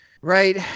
right